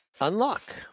unlock